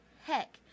heck